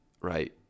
right